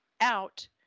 out